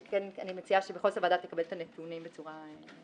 אני מציעה שבכל זאת הוועדה תקבל את הנתונים בצורה מסודרת.